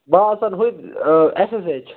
بہٕ آسان ہوتہِ ایس ایس ایچ